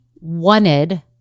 wanted